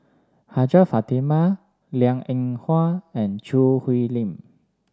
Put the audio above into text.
Hajjah Fatimah Liang Eng Hwa and Choo Hwee Lim